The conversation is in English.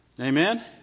Amen